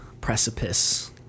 precipice